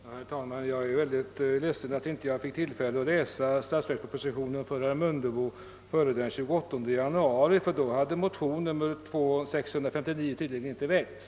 Herr talman! Jag är mycket ledsen att jag inte fick tillfälle att läsa upp uttalandet i statsverkspropositionen för herr Mundebo före den 28 januari. I så fall hade tydligen inte motion II:659 väckts,